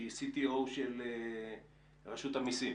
שהיא CTO של רשות המיסים.